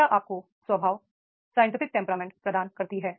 शिक्षा आपको स्वभाव साइंटिफिक टेंपरामेंट प्रदान करती है